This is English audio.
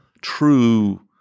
true